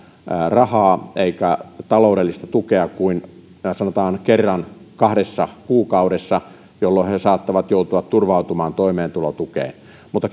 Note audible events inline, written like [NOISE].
rahaa eivätkä taloudellista tukea kuin sanotaan kerran kahdessa kuukaudessa jolloin he saattavat joutua turvautumaan toimeentulotukeen mutta [UNINTELLIGIBLE]